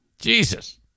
Jesus